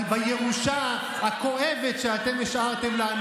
בירושה הכואבת שאתם השארתם לנו.